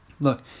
Look